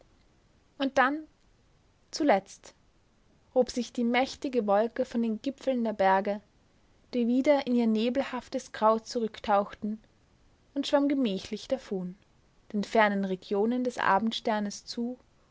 und dann zuletzt hob sich die mächtige wolke von den gipfeln der berge die wieder in ihr nebelhaftes grau zurücktauchten und schwamm gemächlich davon den fernen regionen des abendsternes zu